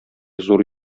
зур